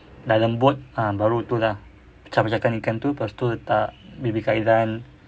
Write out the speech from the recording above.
dah lembut ah baru tu lah pecah-pecahkan ikan tu lepas tu letak baby kai lan